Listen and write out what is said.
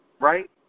Right